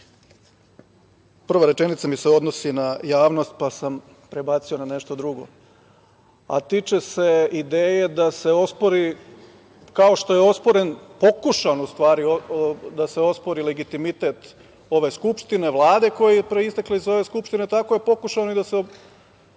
prva rečenica mi se odnosi na javnost, pa sam prebacio na nešto drugo, a tiče se ideje da se ospori, kao što je osporen, pokušan u stvari da se ospori legitimitet ove Skupštine, Vlade koja je proistekla iz ove Skupštine, tako je pokušano i da se